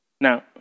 Now